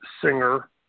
singer